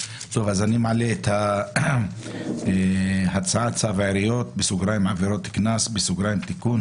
אני מעלה את צו העיריות (עבירות קנס) (תיקון),